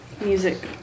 music